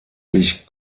sich